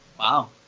Wow